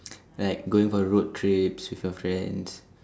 like going for a road trips with your friends